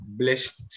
blessed